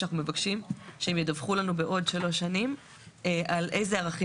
שאנחנו מבקשים שהם ידווחו לנו בעוד שלוש שנים על איזה ערכים